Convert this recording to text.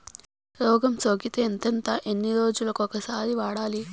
రోగం సోకితే ఎంతెంత ఎన్ని రోజులు కొక సారి వాడాలి?